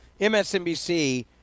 msnbc